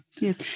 Yes